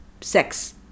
sex